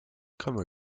komme